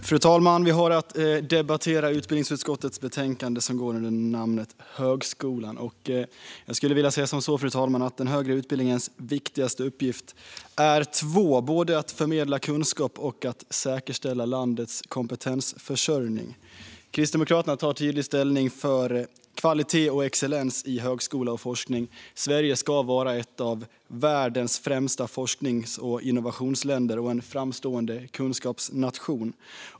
Fru talman! Vi debatterar utbildningsutskottets betänkande som går under namnet Högskolan . Jag skulle vilja säga, fru talman, att den högre utbildningens viktigaste uppgift egentligen är två: att förmedla kunskap och att säkerställa landets kompetensförsörjning. Kristdemokraterna tar tydlig ställning för kvalitet och excellens i högskola och forskning. Sverige ska vara ett av världens främsta forsknings och innovationsländer och en framstående kunskapsnation.